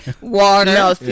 Water